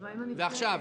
ואז,